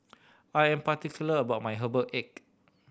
I am particular about my herbal egg